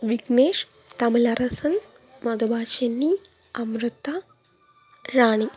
Vignesh Tamilarasan Madhubashini Amritha Rani